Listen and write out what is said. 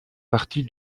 partie